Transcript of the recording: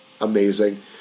amazing